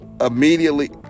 immediately